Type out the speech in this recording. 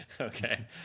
Okay